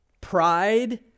Pride